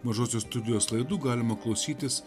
mažosios studijos laidų galima klausytis